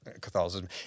Catholicism